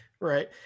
Right